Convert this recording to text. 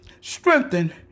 strengthen